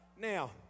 Now